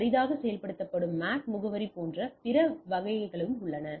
அரிதாக செயல்படுத்தப்படும் MAC முகவரி போன்ற பிற வகைகளும் உள்ளன